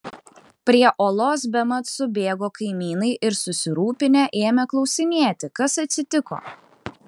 prie olos bemat subėgo kaimynai ir susirūpinę ėmė klausinėti kas atsitiko